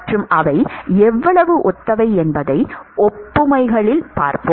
மற்றும் அவை எவ்வளவு ஒத்தவை என்பதை ஒப்புமைகலில் பார்ப்போம்